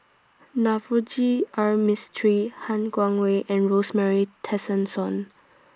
Navroji R Mistri Han Guangwei and Rosemary Tessensohn